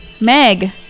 Meg